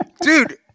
dude